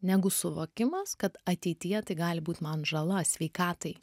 negu suvokimas kad ateityje tai gali būt man žala sveikatai